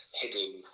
hidden